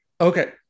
Okay